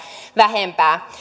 vähempää